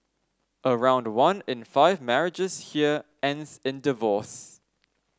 around one in five marriages here ends in divorce